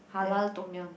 Halal Tom-yum